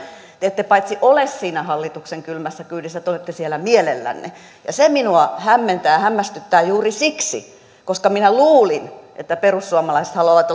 te olette siinä hallituksen kylmässä kyydissä te olette siellä mielellänne se minua hämmentää ja hämmästyttää juuri siksi että minä luulin että perussuomalaiset haluavat